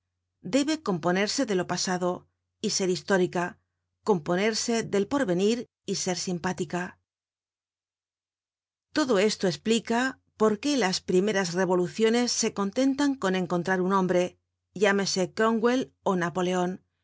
debe componerse de lo pasado y ser histórica componerse del porvenir y ser simpática todo esto esplica por qué las primeras revoluciones se contentan con encontrar un hombre llámese cromwdl ó napoleon